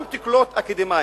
גם תקלוט אקדמאים,